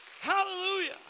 Hallelujah